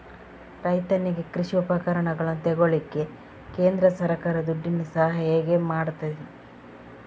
ರೈತನಿಗೆ ಕೃಷಿ ಉಪಕರಣಗಳನ್ನು ತೆಗೊಳ್ಳಿಕ್ಕೆ ಕೇಂದ್ರ ಸರ್ಕಾರ ದುಡ್ಡಿನ ಸಹಾಯ ಹೇಗೆ ಮಾಡ್ತದೆ?